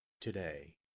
today